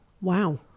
Wow